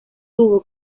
tuvo